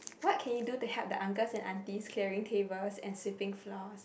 what can you do to help the uncles and aunties clearing tables and sweeping floors